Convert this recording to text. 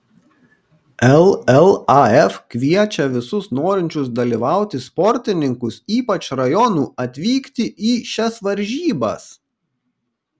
llaf kviečia visus norinčius dalyvauti sportininkus ypač rajonų atvykti į šias varžybas